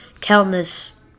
countless